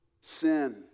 sin